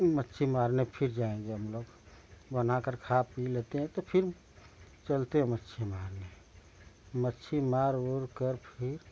मच्छी मारने फिर जाएँगे हम लोग बना कर खा पी लेते हैं तो फिर चलते हैं मच्छी मारने मछली मार उर कर फिर